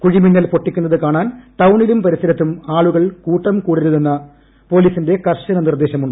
കുഴിമിന്നൽ പൊട്ടിക്കുന്നത് കാണാൻ ടൌണിലും പരിസരത്തും ആളുകൾ കൂട്ടം കൂടരുതെന്ന് പോലീസിന്റെ കർശന നിർദേശമുണ്ട്